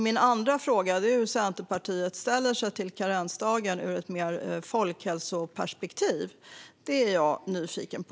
Min andra fråga är hur Centerpartiet ställer sig till karensdagen mer ur ett folkhälsoperspektiv. Det är jag nyfiken på.